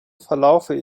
verlaufe